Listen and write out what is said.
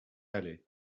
alais